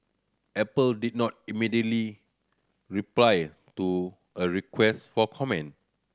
apple did not immediately reply to a request for comment